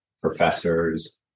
professors